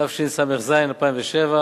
התשס"ז 2007,